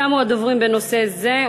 תמו הדוברים בנושא זה,